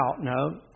no